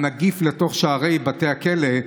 הנגיף דרך שערי בתי הכלא,